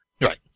Right